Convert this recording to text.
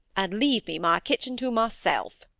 and leave me my kitchen to myself